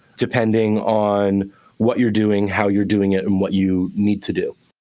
depending on what you're doing, how you're doing it, and what you need to do.